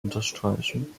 unterstreichen